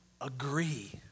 agree